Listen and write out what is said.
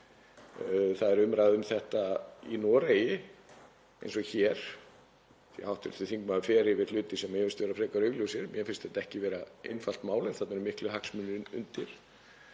Það er umræða um þetta í Noregi eins og hér. Hv. þingmaður fer yfir hluti sem mér finnst vera frekar augljósir. Mér finnst þetta ekki vera einfalt mál en þarna eru miklir hagsmunir undir.